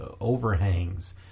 overhangs